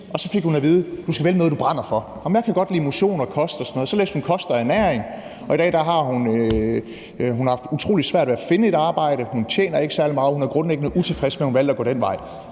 Jamen jeg kan godt lide motion og kost og sådan noget. Så læste hun kost og ernæring, og i dag har hun haft utrolig svært ved at finde et arbejde, hun tjener ikke særlig meget, og hun er grundlæggende utilfreds med, at hun valgte at gå den vej.